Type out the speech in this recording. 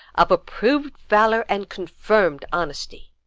of approved valour, and confirmed honesty.